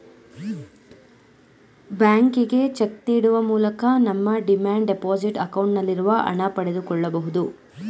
ಬ್ಯಾಂಕಿಗೆ ಚೆಕ್ ನೀಡುವ ಮೂಲಕ ನಮ್ಮ ಡಿಮ್ಯಾಂಡ್ ಡೆಪೋಸಿಟ್ ಅಕೌಂಟ್ ನಲ್ಲಿರುವ ಹಣ ಪಡೆದುಕೊಳ್ಳಬಹುದು